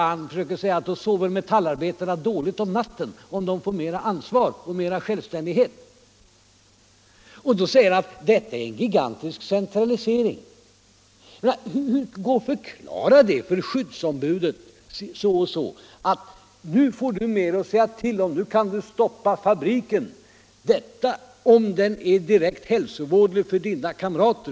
Han försöker säga att metallarbetarna kommer att sova dåligt på natten om de får mera ansvar och självständighet. Och så säger han att detta är en gigantisk centralisering. Vi säger till skyddsombudet: ”Nu får du mer att säga till om. Nu kan du stoppa fabriken om den är direkt hälsovådlig för dina kamrater.